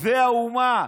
אויבי האומה.